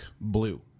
blue